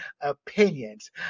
opinions